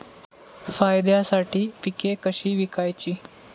फायद्यासाठी पिके कशी विकायची?